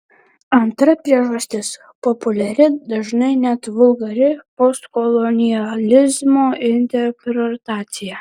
antra priežastis populiari dažnai net vulgari postkolonializmo interpretacija